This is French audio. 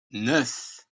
neuf